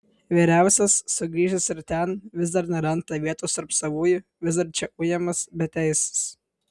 vyriausias sugrįžęs ir ten vis dar neranda vietos tarp savųjų vis dar čia ujamas beteisis